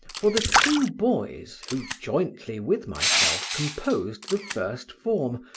for the two boys, who jointly with myself composed the first form,